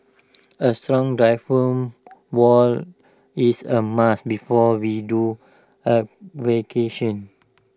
A strong diaphragm wall is A must before we do